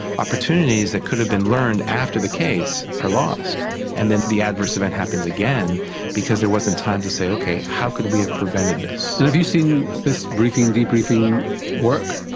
opportunities that could have been learned after the case are lost and then the adverse event happens again because there wasn't time to say ok how could we have prevented this? and have you seen this briefing debriefing work?